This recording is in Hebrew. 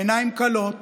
בעיניים כלות